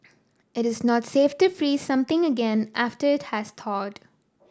it is not safe to freeze something again after it has thawed